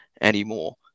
anymore